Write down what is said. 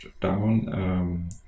down